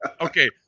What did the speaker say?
okay